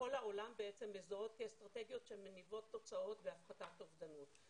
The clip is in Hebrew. שבכל העולם בעצם מזוהות כאסטרטגיות שמניבות תוצאות בהפחתת אובדנות.